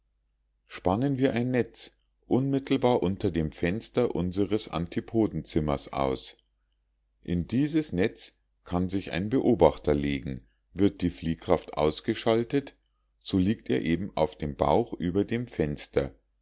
spannen wir ein netz unmittelbar unter dem fenster unseres antipodenzimmers aus in dieses netz kann sich ein beobachter legen wird die fliehkraft ausgeschaltet so liegt er eben auf dem bauch über dem fenster